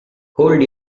hold